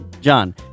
John